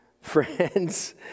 Friends